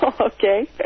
Okay